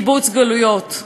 קיבוץ גלויות,